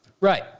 Right